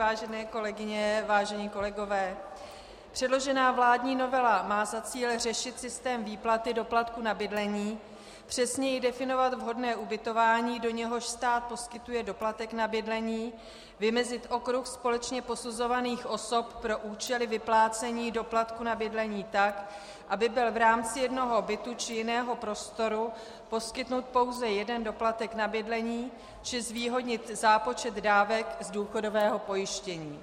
Vážené kolegyně, vážení kolegové, předložená vládní novela má za cíl řešit systém výplaty doplatku na bydlení, přesněji definovat vhodné ubytování, do něhož stát poskytuje doplatek na bydlení, vymezit okruh společně posuzovaných osob pro účely vyplácení doplatku na bydlení tak, aby byl v rámci jednoho bytu či jiného prostoru poskytnut pouze jeden doplatek na bydlení, či zvýhodnit zápočet dávek z důchodového pojištění.